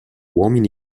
uomini